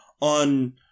on